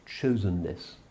chosenness